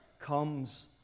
comes